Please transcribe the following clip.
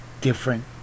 different